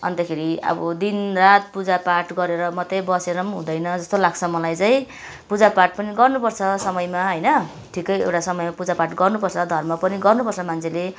अन्तखेरि अब दिन रात पूजा पाठ गरेर मात्रै बसेरपनि हुँदैन जस्तो लाग्छ मलाई चाहिँ पूजापाठ पनि गर्नु पर्छ समयमा होइन ठिकै एउटा समयमा पूजा पाठ गर्नु पर्छ धर्म पनि गर्नु पर्छ मान्छेले